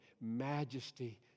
majesty